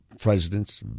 presidents